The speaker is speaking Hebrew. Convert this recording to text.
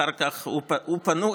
אחר כך הוא פנוי,